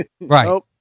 Right